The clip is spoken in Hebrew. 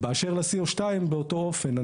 באשר ל-C02, באותו אופן.